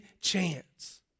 chance